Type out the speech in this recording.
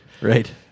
Right